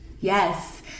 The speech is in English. Yes